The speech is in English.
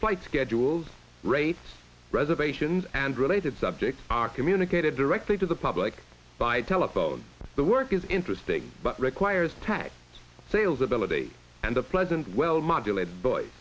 flight schedules rates reservations and related subjects are communicated directly to the public by telephone the work is interesting but requires tax sales ability and the pleasant well